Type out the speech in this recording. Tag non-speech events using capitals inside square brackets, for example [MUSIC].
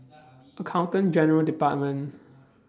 [NOISE] Accountant General's department